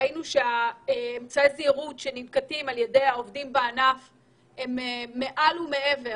ראינו שאמצעי הזהירות שננקטים על ידי העובדים בענף הם מעל ומעבר